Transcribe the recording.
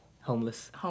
Homeless